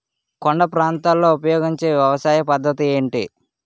కొండ ప్రాంతాల్లో ఉపయోగించే వ్యవసాయ పద్ధతి ఏంటి?